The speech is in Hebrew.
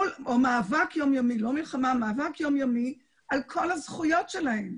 מאבק יומיומי על כל הזכויות שלהם.